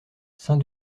saint